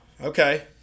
okay